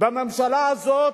בממשלה הזאת,